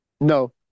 No